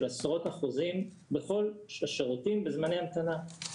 עשרות אחוזים בכל השירותים בזמני ההמתנה,